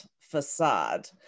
facade